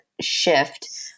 shift